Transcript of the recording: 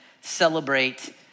celebrate